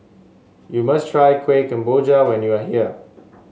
you must try Kuih Kemboja when you are here